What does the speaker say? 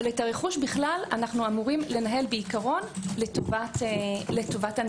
את הרכוש בכלל אנו אמורים לנהל בעיקרון לטובת הנעדר.